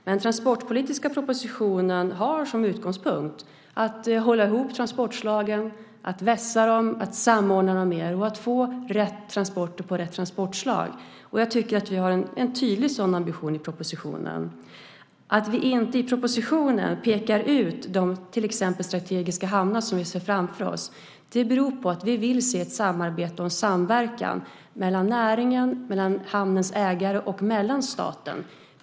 Den transportpolitiska propositionen har som utgångspunkt att hålla ihop transportslagen, att vässa dem och att samordna dem mer så att det blir rätt transporter och rätt transportslag. Jag tycker att vi har en tydlig sådan ambition i propositionen. Att vi inte i propositionen pekar ut till exempel de strategiska hamnar vi ser framför oss beror på att vi vill se ett samarbete mellan näringen, hamnens ägare och staten.